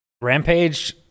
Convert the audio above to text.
Rampage